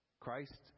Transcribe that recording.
Christ